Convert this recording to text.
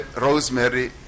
Rosemary